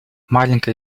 маленькая